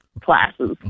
classes